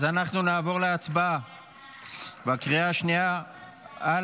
אז אנחנו נעבור להצבעה בקריאה השנייה על